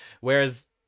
whereas